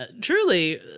truly